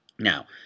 Now